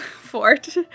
fort